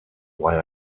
why